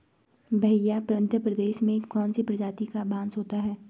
भैया मध्य प्रदेश में कौन सी प्रजाति का बांस होता है?